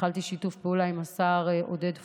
התחלתי שיתוף פעולה עם השר עודד פורר,